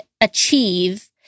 achieve